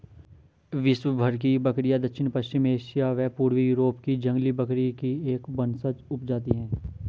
विश्वभर की बकरियाँ दक्षिण पश्चिमी एशिया व पूर्वी यूरोप की जंगली बकरी की एक वंशज उपजाति है